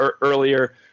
earlier